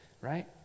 right